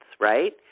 right